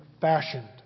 fashioned